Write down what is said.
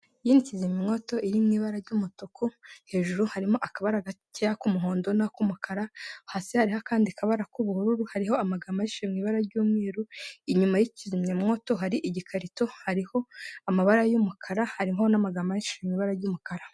Iyi ni kizimyamwoto iri mu ibara ry'umutuku. Hejuru harimo akabara gakeya k'umuhondo n'ak'umukara. Hasi hariho akandi kabara k'ubururu. Hariho amagambo menshi mu ibara ry'umweru. Inyuma y'ikizimyamwoto hari igikarito, hariho amabara y'umukara, hariho n'amagambo menshi mu ibara ry'umukara.